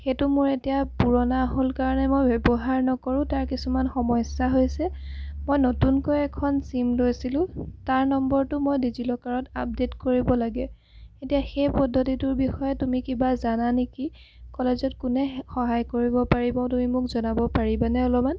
সেইটো মোৰ এতিয়া পুৰণা হ'ল কাৰণে মই ব্যৱহাৰ নকৰোঁ তাৰ কিছুমান সমস্যা হৈছে মই নতুনকৈ এখন চিম লৈছিলোঁ তাৰ নম্বৰটো মই ডিজি লকাৰত আপডেট কৰিব লাগে এতিয়া সেই পদ্ধতিটোৰ বিষয়ে তুমি কিবা জানা নেকি কলেজত কোনে সহায় কৰিব পাৰিব তুমি মোক জনাব পাৰিবানে অলপমান